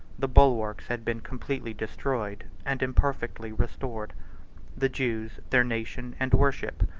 the bulwarks had been completely destroyed and imperfectly restored the jews, their nation, and worship,